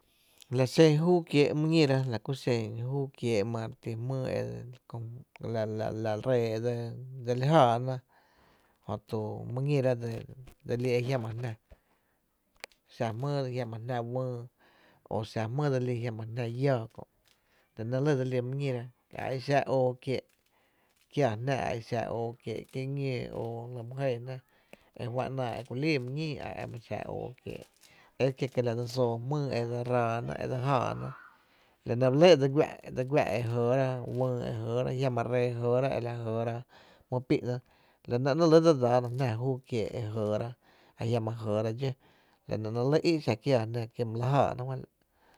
La xen júú kiee’ my ñíra la ku xen júú kiee’ ma re ti jmýý e la ree dseli jááná jötu my ñíra dse lí ejiama jná, ajiama jná wÿÿ o xa jm´yý e jiama’ jná lláá Kó’ la nɇ dse lí my ñíra a exa óó kiéé’ kiáá jná a exa óo kiéé’ ki ñóo óo jli’ my jɇɇ jná e fá’n ‘náá e ku líí my ñín ema za óo kieé’ ekie’ kie la dse soo jmýy e dse raana e dse jáána la nɇ ba lɇ e dse guá’ dse guá’ e jɇɇra wÿÿ e jɇɇra jiama ree jɇɇera e la jɇɇra jmy pí’nála nɇ ‘néé’ re lɇ dse dsaana jná ekiee’ e jɇɇra ajiama jɇɇra dxó la nɇ í’ xa kiää jná kí my la jáána juá’n la’.